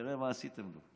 תראה מה עשיתם לי.